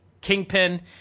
Kingpin